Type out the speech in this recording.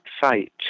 site